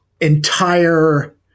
Entire